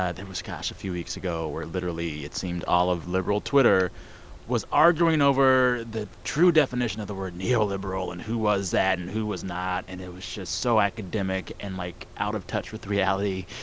ah there was, gosh, a few weeks ago where literally, it seemed all of liberal twitter was arguing over the true definition of the word neoliberal and who was that and who was not. and it was just so academic and, like, out of touch with reality.